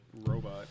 robot